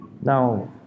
Now